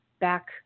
back